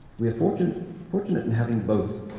we are fortunate fortunate in having both.